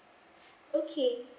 okay